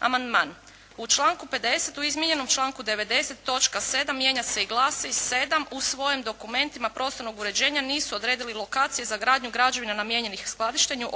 Amandman. U članku 50., u izmijenjenom članku 90. točka 7. mijenja se i glasi: "7. U svojim dokumentima prostornog uređenja nisu odredili lokacije za gradnju građevina namijenjenih skladištenju,